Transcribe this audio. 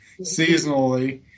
seasonally